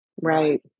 Right